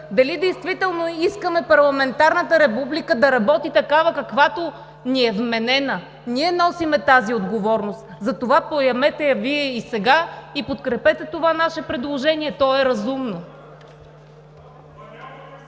дали действително искаме парламентарната република да работи такава, каквато ни е вменена. Ние носим тази отговорност, затова поемете я Вие и сега, и подкрепете това наше предложение. То е разумно.